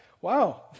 wow